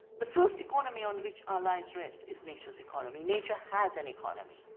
the first economy on which our lives rest is nature's economy. nature has an economy.